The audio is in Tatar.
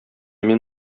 мин